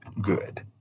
good